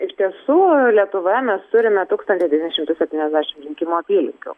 iš tiesų lietuvoje mes turime tūkstantį devynis šimtus septyniasdešimt rinkimų apylinkių